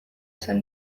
esan